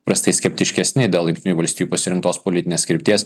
įprastai skeptiškesni dėl jungtinių valstijų pasirinktos politinės krypties